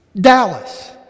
Dallas